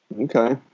Okay